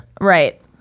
Right